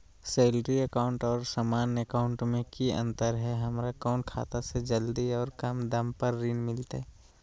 Salary account और सामान्य account मे की अंतर है हमरा कौन खाता से जल्दी और कम दर पर ऋण मिलतय?